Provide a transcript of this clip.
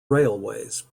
railways